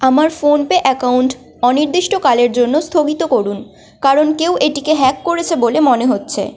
আমার PhonePe account অনির্দিষ্টকালের জন্য স্থগিত করুন কারণ কেউ এটিকে হ্যাক করেছে বলে মনে হচ্ছে